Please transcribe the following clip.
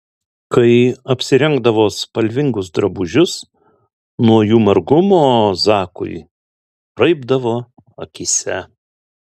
kai apsirengdavo spalvingus drabužius nuo jų margumo zakui raibdavo akyse